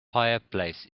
fireplace